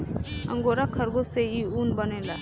angora खरगोश से इ ऊन बनेला